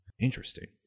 interesting